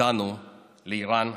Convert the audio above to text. אותנו לאיראן היהודית.